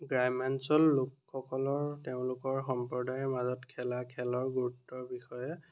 গ্ৰাম্য়াঞ্চল লোকসকলৰ তেওঁলোকৰ সম্প্ৰদায়ৰ মাজত খেলা খেলৰ গুৰুত্বৰ বিষয়ে